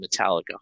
metallica